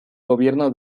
gobierno